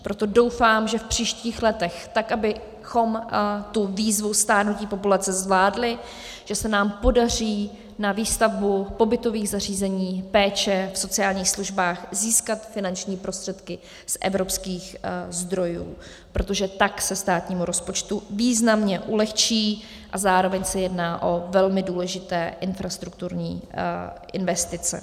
Proto doufám, že v příštích letech, tak abychom tu výzvu stárnutí populace zvládli, se nám podaří na výstavbu pobytových zařízení péče v sociálních službách získat finanční prostředky z evropských zdrojů, protože tak se státnímu rozpočtu významně ulehčí a zároveň se jedná o velmi důležité infrastrukturní investice.